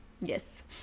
yes